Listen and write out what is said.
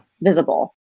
visible